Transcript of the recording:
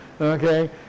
Okay